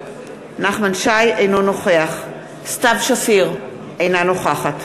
אינו נוכח סתיו שפיר, אינה נוכחת